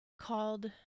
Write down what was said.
called